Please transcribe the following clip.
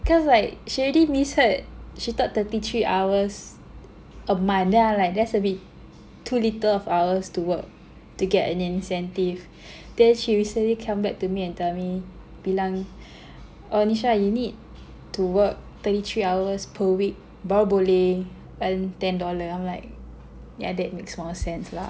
cause like she already misheard she thought thirty three hours a month then I was like that's a bit too little of hours to work to get an incentive then she recently come back to me and tell me bilang err Nisha you need to work thirty three hours per week baru boleh earn ten dollar I'm like yeah that makes more sense lah